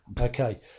Okay